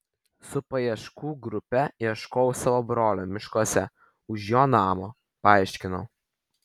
su paieškų grupe ieškojau savo brolio miškuose už jo namo paaiškinau